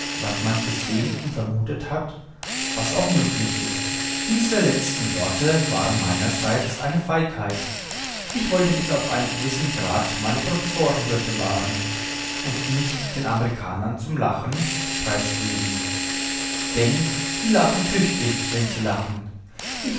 was man gesehen und vermuthet hat was auch möglich ist diese letzteren worte waren meinerseits eine feigheit ich wollte bis auf einen gewissen grad meine professorenwürde wahren und nicht den amerikanern zum lachen preis geben denn die lachen tüchtig wenn sie lachen